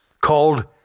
called